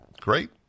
Great